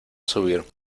subir